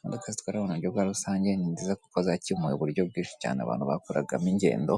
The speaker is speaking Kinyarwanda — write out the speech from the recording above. Imodoka zitwara abantu mu buryo bwa rusange, ni nziza kuko zakemuye uburyo bwinshi cyane abantu bakoragamo ingendo,